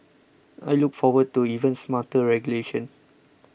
I look forward to even smarter regulation